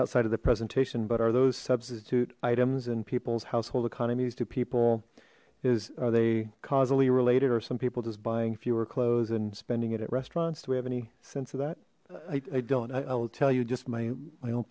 outside of the presentation but are those substitute items and people's household economies to people is are they causally related or some people just buying fewer clothes and spending it at restaurants do we have any sense of that i don't i will tell you just my my own